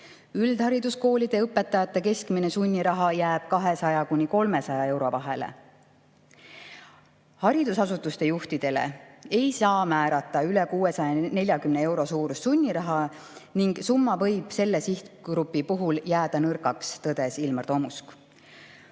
üldhariduskoolide õpetajate keskmine sunniraha jääb 200 ja 300 euro vahele. Haridusasutuste juhtidele ei saa määrata üle 640 euro suurust sunniraha ning summa võib selle sihtgrupi puhul jääda nõrgaks, tõdes Ilmar Tomusk.